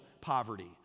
poverty